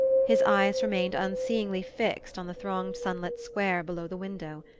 his eyes remained unseeingly fixed on the thronged sunlit square below the window.